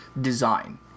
design